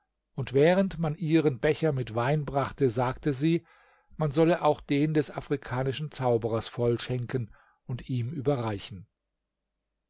und während man ihren becher mit wein brachte sagte sie man solle auch den des afrikanischen zauberers vollschenken und ihm überreichen